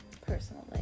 personally